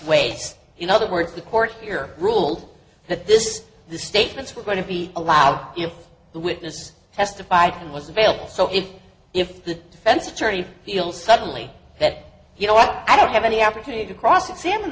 ways in other words the court here ruled that this these statements were going to be allowed if the witness testified and was available so if if the defense attorney feel suddenly that you know i don't have any opportunity to cross examine